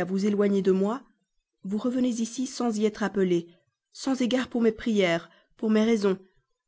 à vous éloigner de moi vous revenez ici sans y être rappelé sans égard pour mes prières pour mes raisons